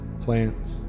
plants